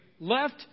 left